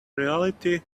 reality